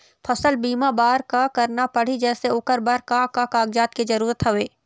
फसल बीमा बार का करना पड़ही जैसे ओकर बर का का कागजात के जरूरत हवे?